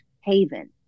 haven